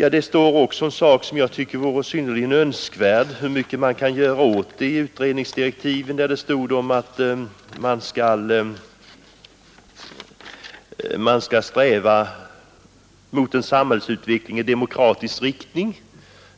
Det står i utredningsdirektiven en sak som jag tycker det också vore synnerligen önskvärt att veta vad man kan göra åt, nämligen att man skall sträva efter att åstadkomma ”en samhällsutveckling i demokratisk riktning”.